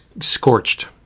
Scorched